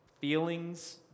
feelings